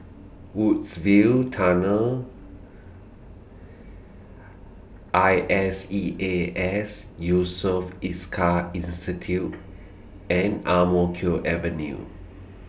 Woodsville Tunnel I S E A S Yusof Ishak Institute and Ang Mo Kio Avenue